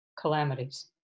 calamities